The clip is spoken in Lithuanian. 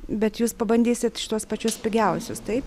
bet jūs pabandysit šituos pačius pigiausius taip